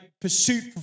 pursuit